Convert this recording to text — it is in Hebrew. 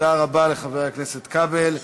תודה רבה לחבר הכנסת כבל.